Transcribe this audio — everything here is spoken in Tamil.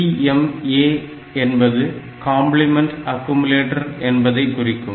CMA என்பது காம்ப்ளிமென்ட் அக்குமுலேட்டர் என்பதை குறிக்கும்